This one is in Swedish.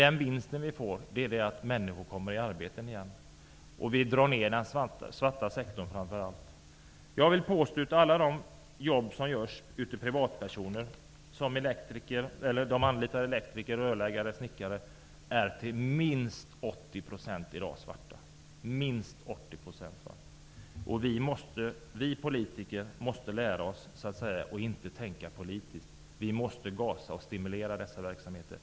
Den vinst vi får är att människor kommer i arbeten igen, och vi minskar framför allt den svarta sektorn. Jag vill påstå att alla de jobb som utförs privat med anlitande av elektriker, rörmokare eller snickare till minst 80 % är svartjobb i dag. Vi politiker måste lära oss att inte tänka politiskt. Vi måste stimulera dessa verksamheter nu.